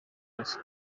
bosco